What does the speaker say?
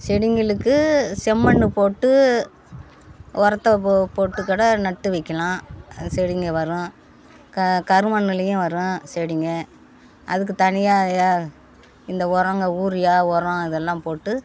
செடிங்களுக்கு செம்மண் போட்டு உரத்த போ போட்டு கூட நட்டு வைக்கலாம் செடிங்கள் வரும் க கருமண்ணுலேயும் வரும் செடிங்கள் அதுக்கு தனியாக யா இந்த உரங்க ஊரியா உரம் அதெல்லாம் போட்டு